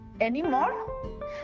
anymore